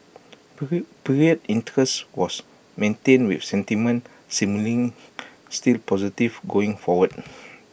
period interest was maintained with sentiment seemingly still positive going forward